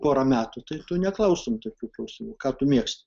porą metų tai tu neklaustum tokių klausimų ką tu mėgsti